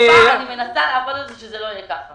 אני מנסה לעבוד על זה, שזה לא יהיה כך.